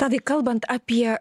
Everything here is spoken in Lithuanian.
tadai kalbant apie